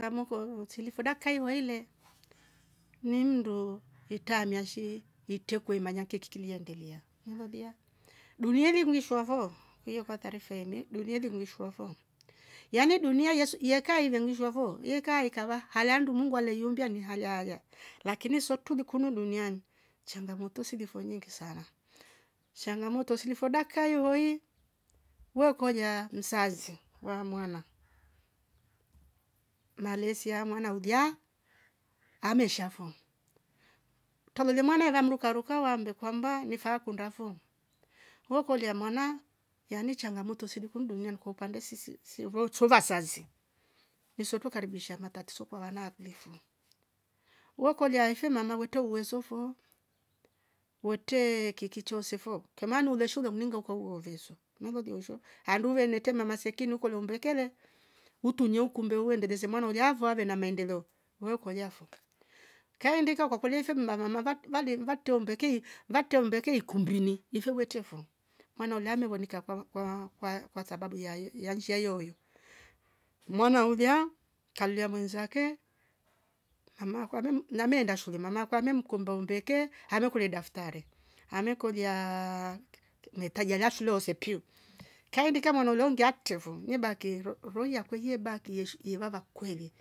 Ngamoko uuu huchilifuda kaiwaile ni mndu itamia shi itekwe imany nkekilia iendelea malolia dunievi gishwa ho kuwio kata rifeni dunievi mlishwa fo yani dunia yesu yeka ivengnishwa foo yekayeka vaa halandu mungu aleiumbia ni halaga lakini sotu likunu duniani changamoto zilivo nyingi sana. changamoto zilivo dakai iyoi woukolia mzazi wa mwana malezi ya mwana udia ameshafo tovole mwana eva mruka ruka wambe kwamba nifa kundafo wokolia mwana yani changamoto zilifum dunia kwa upande sisi sivo chouva asazi isotu karibisha matatizo kwa wana akleifo. wakolia aife mama weito uwezo foo werte kikichoose fo kimanule shulo umningoke uwovesu naleliosho handu ve netema masekinuku lumbeke ekele mtu nyeukumbe uendeleze mwana uliaa vave na maendeleo weukuliafo kaendika kwakulife mammava valie vaktombe ki vaktombe ki kumbile nife bwetemfoo maana ungame vonika foo kulaa kwa kwasababu yaye yainshia ioyoyo. mwana ulia kamlia mwenzake mama kwamem name end shule mama kwamem kumbe umbeke ame kure daftare amekolia ahh nyeta yangshloo sepio kaindika mwana ulongia ktevo yebaki ro- roia kweiyeba baki yeshi yevava kweli